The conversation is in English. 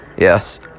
Yes